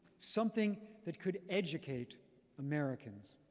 something that could educate americans.